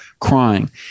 crying